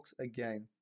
again